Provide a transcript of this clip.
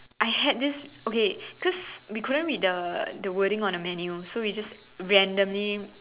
I had this okay cause we couldn't read the the wording on the menu so we just randomly